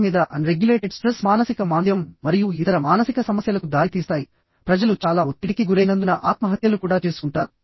మొత్తం మీద unregulated stress మానసిక మాంద్యం మరియు ఇతర మానసిక సమస్యలకు దారితీస్తాయి ప్రజలు చాలా ఒత్తిడికి గురైనందున ఆత్మహత్యలు కూడా చేసుకుంటారు